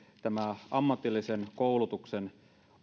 tämä ammatillisen koulutuksen